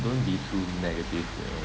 don't be too negative you know